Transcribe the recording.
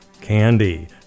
candy